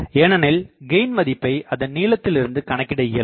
ஏனெனில் கெயின் மதிப்பை அதன் நீளத்திலுருந்து கணக்கிட இயலும்